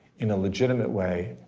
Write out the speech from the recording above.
in a legitimate way,